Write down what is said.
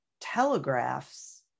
telegraphs